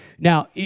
Now